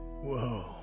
Whoa